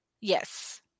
Yes